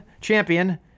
champion